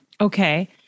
Okay